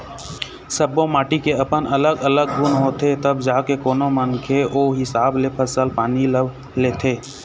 सब्बो माटी के अपन अलग अलग गुन होथे तब जाके कोनो मनखे ओ हिसाब ले फसल पानी ल लेथे